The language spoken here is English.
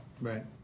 Right